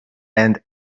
and